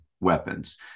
weapons